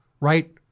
right